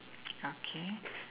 okay